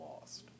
lost